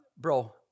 bro